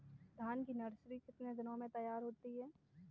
धान की नर्सरी कितने दिनों में तैयार होती है?